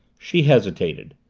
she hesitated.